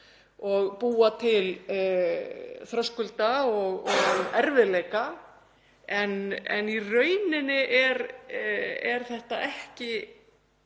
og búa til þröskulda og erfiðleika. En í rauninni er þetta að